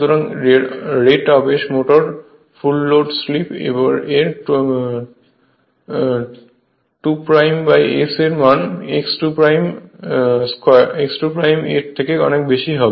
সুতরাং রেট আবেশ motor full load slip এর 2 S এর মান x 2 এর থেকে অনেক বেশি হবে